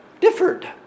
differed